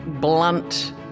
blunt